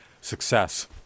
success